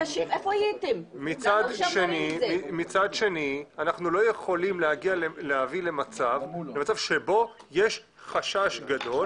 ומצד שני אנחנו לא יכולים להביא למצב שבו יש חשש גדול,